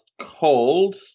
called